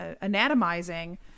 anatomizing